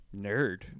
Nerd